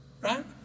Right